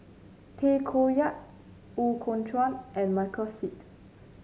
Tay Koh Yat Ooi Kok Chuen and Michael Seet